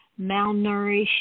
malnourished